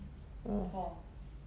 orh